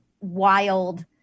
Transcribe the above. wild